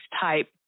type